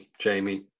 Jamie